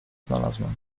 znalazłem